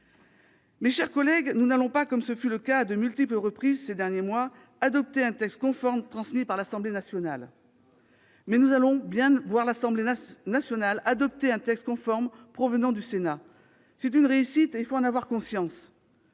Mes chers collègues, nous n'allons pas, comme ce fut le cas à de multiples reprises ces derniers mois, adopter un texte conforme transmis par l'Assemblée nationale. Nous allons voir l'Assemblée nationale adopter un texte conforme provenant du Sénat. C'est une réussite, et il faut en avoir conscience.